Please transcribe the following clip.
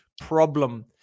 problem